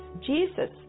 Jesus